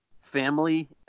family